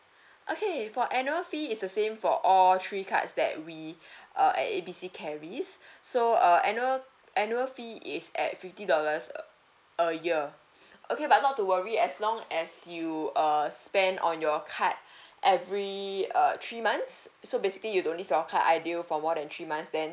okay for annual fee it's the same for all three cards that we uh at A B C carries so uh annual annual fee is at fifty dollars a a year okay but not to worry as long as you err spend on your card every uh three months so basically you don't leave your car idle for more than three months then